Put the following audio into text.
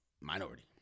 minority